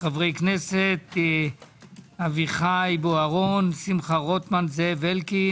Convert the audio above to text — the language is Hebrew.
חברי כנסת, אביחי בוארון, שמחה רוטמן, זאב אלקין.